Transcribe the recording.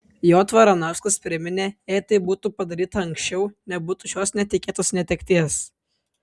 j varanauskas priminė jei tai būtų padaryta anksčiau nebūtų šios netikėtos netekties